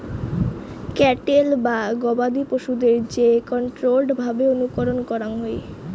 cattle বা গবাদি পশুদের যে কন্ট্রোল্ড ভাবে অনুকরণ করাঙ হই